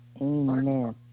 Amen